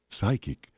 psychic